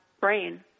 brain